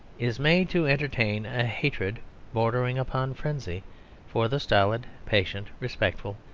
is made to entertain a hatred bordering upon frenzy for the stolid, patient, respectful,